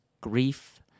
grief